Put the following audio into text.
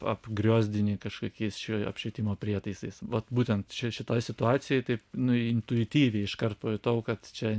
apgriozdini kažkokiais šio apšvietimo prietaisais vat būtent čia šitoj situacijoj taip nu intuityviai iškart pajutau kad čia